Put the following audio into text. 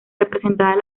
representadas